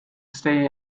stay